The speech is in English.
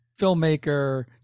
filmmaker